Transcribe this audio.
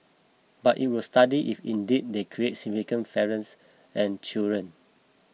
but it will study if indeed they create significant for parents and children